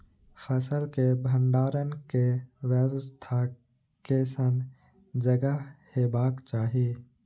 फसल के भंडारण के व्यवस्था केसन जगह हेबाक चाही?